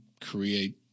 create